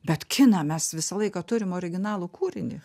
bet kiną mes visą laiką turim originalų kūrinį